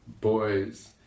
boys